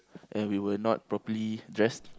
and we were not properly dressed